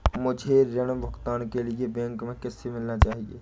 मुझे ऋण भुगतान के लिए बैंक में किससे मिलना चाहिए?